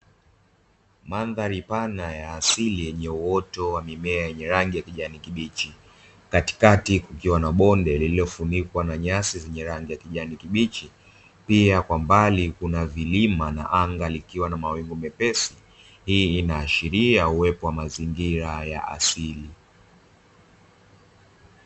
Mandhari pana ya asili yenye uoto wa mimea yenye rangi ya kijani kibichi, katikati kukiwa na bonde lililofunikwa na nyasi zenye rangi ya kijani kibichi, pia kwa mbali kuna vilima na anga likiwa na mawingu mepesi. Hii inaashiria uwepo kwa mazingira ya asili.